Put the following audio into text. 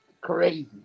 crazy